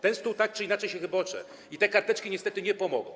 Ten stół tak czy inaczej się chybocze i te karteczki niestety nie pomogą.